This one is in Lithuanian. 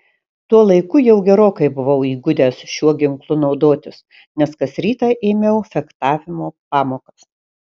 tuo laiku jau gerokai buvau įgudęs šiuo ginklu naudotis nes kas rytą ėmiau fechtavimo pamokas